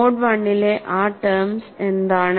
mode I ലെ ആ terms എന്താണ്